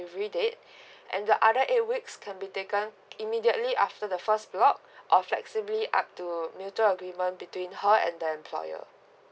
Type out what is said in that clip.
delivery date and the other eight weeks can be taken immediately after the first block of flexibly up to the mutual agreement between her and her employer